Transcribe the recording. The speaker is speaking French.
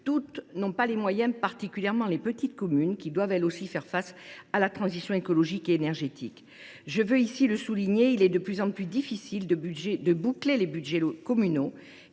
Toutes n’en ont pas les moyens, particulièrement les petites communes, qui doivent elles aussi faire face à la transition écologique et énergétique. Je veux ici le souligner, il est de plus en plus difficile de boucler les budgets communaux,